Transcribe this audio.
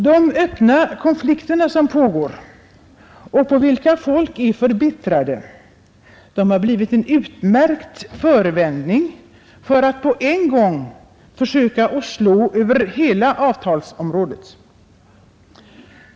De öppna konflikter som pågår och på vilka folk är förbittrade har blivit en utmärkt förevändning att på en gång försöka slå över hela avtalsområdet.